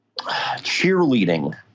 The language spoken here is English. cheerleading